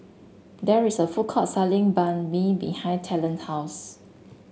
there is a food court selling Banh Mi behind Talen house